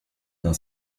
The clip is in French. d’un